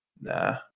nah